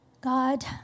God